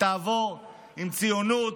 ותעבור עם ציונות,